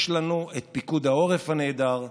יש לנו את פיקוד העורף הנהדר,